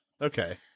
Okay